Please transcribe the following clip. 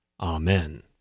Amen